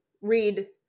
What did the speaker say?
read